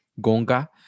Gonga